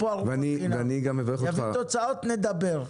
יביא תוצאות, נדבר.